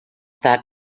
that